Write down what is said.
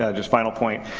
ah just final point.